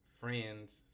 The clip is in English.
friends